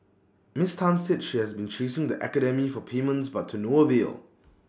miss Tan said she has been chasing the academy for payments but to no avail